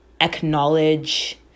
acknowledge